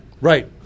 Right